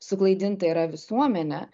suklaidinta yra visuomenė